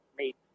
made